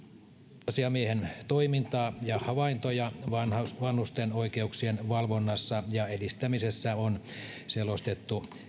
oikeusasiamiehen toimintaa ja havaintoja vanhusten vanhusten oikeuksien valvonnassa ja edistämisessä on selostettu